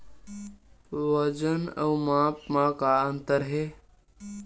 वजन अउ माप म का अंतर हे?